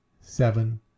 seven